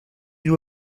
due